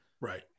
Right